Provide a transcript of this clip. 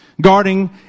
Guarding